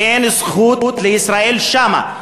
אין זכות לישראל שם.